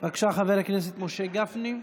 בבקשה, חבר הכנסת משה גפני.